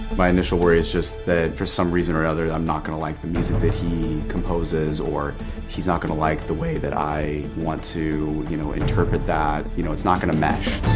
my initial worry is just that for some reason or other i'm not gonna like the music that he composes or he's not gonna like the way that i want to you know interpret that, know it's not gonna mesh.